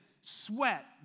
sweat